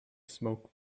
smoke